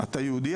אתה יהודי?